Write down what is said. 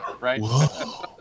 right